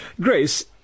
Grace